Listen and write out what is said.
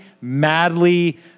madly